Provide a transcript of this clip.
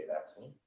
vaccine